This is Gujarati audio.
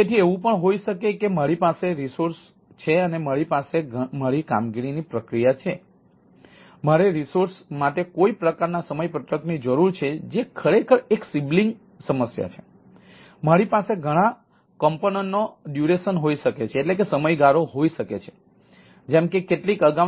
તેથી મારી પાસે ઘણા